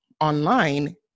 online